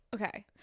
okay